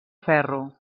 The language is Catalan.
ferro